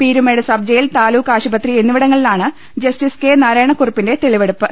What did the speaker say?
Peermade sub jail taluk ആശുപത്രി എന്നിവിടങ്ങളിലാണ് justice K നാരായണക്കുറുപ്പിന്റെ തെളി ട വെടുപ്പ്